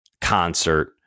concert